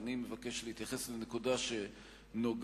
אני מבקש להתייחס לנקודה שנוגעת